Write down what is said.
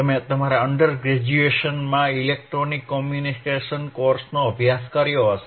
તમે તમારા અંડર ગ્રેજ્યુએશનમાં ઇલેક્ટ્રોનિક કમ્યુનિકેશન કોર્સનો અભ્યાસ કર્યો હશે